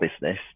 business